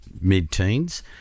mid-teens